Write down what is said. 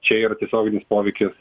čia ir tiesioginis poveikis